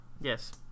Yes